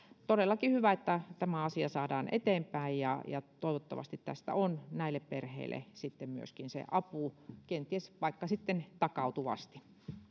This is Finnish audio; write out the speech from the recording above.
todellakin hyvä että tämä asia saadaan eteenpäin ja ja toivottavasti tästä on näille perheille sitten myöskin se apu kenties vaikka sitten takautuvasti